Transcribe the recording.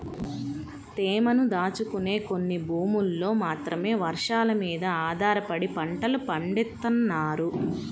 తేమను దాచుకునే కొన్ని భూముల్లో మాత్రమే వర్షాలమీద ఆధారపడి పంటలు పండిత్తన్నారు